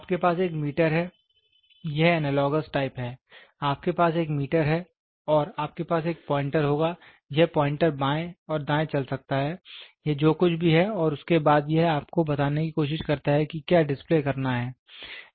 आपके पास एक मीटर है यह एनालॉगस टाइप है आपके पास एक मीटर है और आपके पास एक प्वाइंटर होगा यह प्वाइंटर बाएं और दाएं चल सकता है यह जो कुछ भी है और उसके बाद यह आपको बताने की कोशिश करता है कि क्या डिस्प्ले करना है